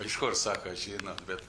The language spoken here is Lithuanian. aišku ir sako žinot bet